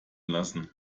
lassen